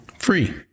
free